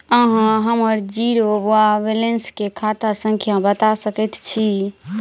अहाँ हम्मर जीरो वा बैलेंस केँ खाता संख्या बता सकैत छी?